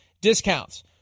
discounts